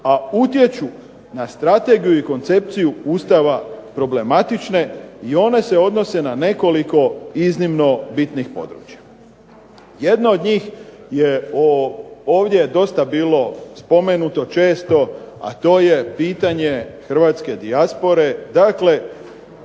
a utječu na strategiju i koncepciju Ustava problematične i one se odnose na nekoliko iznimno bitnih područja. Jedno od njih je o ovdje je dosta bilo često spomenuto, a to je pitanje hrvatske dijaspore. Dakle,